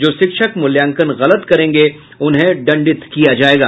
जो शिक्षक मूल्यांकन गलत करेंगे उन्हें दंडित किया जायेगा